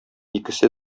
икесе